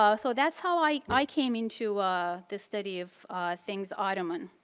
ah so, that's how i i came into the study of things ottoman.